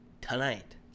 tonight